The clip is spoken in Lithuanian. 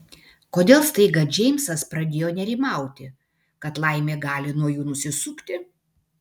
kodėl staiga džeimsas pradėjo nerimauti kad laimė gali nuo jų nusisukti